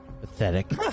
Pathetic